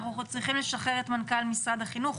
אנחנו צריכים לשחרר את מנכ"ל משרד החינוך.